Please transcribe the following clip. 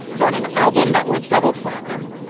it's on an album that went double platinum.